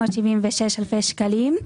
10,376 אלפי שקלים.